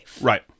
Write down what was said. Right